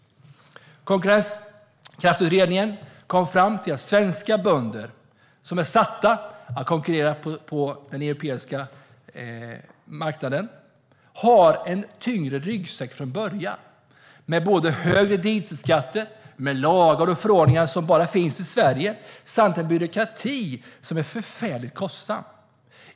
Konkurrenskraftsutredningen kom fram till att svenska bönder som konkurrerar på den europeiska marknaden har en tyngre ryggsäck från början med högre dieselskatter, med lagar och förordningar som bara finns i Sverige samt med en byråkrati som är förfärligt kostsam.